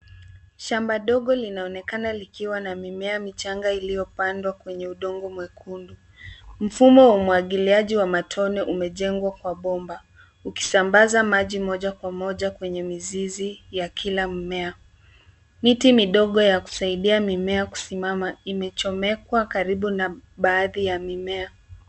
Shamba dogo linaonekana likwa na mimea michanga iliyo pandwa kwenye udongo mwekundu. Mfumo wa umwagiliaji wa matone ume jengwa kwa bomba, ukisambaza maji moja kwa moja kwenye mizizi ya kila mmea. Miti midogo yakusaidia mimea kusimama imechomekwa karibu na baadhi ya mimea.